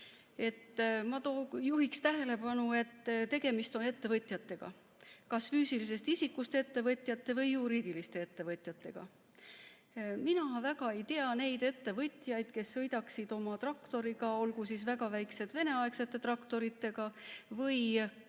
Ma juhiksin tähelepanu, et tegemist on ettevõtjatega – kas füüsilisest isikust ettevõtjatega või juriidilisest isikust ettevõtjatega. Mina väga ei tea neid ettevõtjaid, kes sõidaksid oma traktoritega, olgu väga väikeste Vene-aegsete traktoritega või